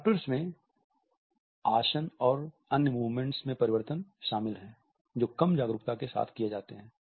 adopters में आसन और अन्य मूवमेंट्स में वे परिवर्तन शामिल हैं जो कम जागरूकता के साथ किए जाते हैं